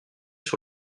sur